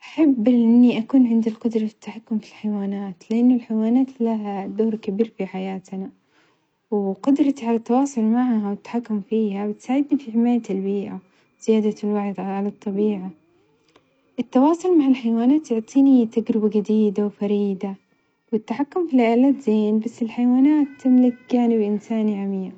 أحب إني أكون عندي القدرة في التحكم في الحيوانات لأنه الحيوانات لهادور كبير في حياتنا، وقدرتي على التواصل معها والتحكم فيها بتساعدني في حماية البيئة، زيادة ال على الطبيعة، التواصل مع الحيوانت يعطيني تجربة جديدة وفريدة والتحكم في الآلات زين بس الحيوانت تملك جانب إنساني عميق.